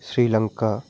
Sri Lanka